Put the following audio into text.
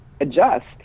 adjust